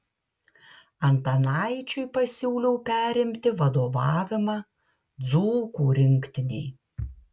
antanaičiui pasiūliau perimti vadovavimą dzūkų rinktinei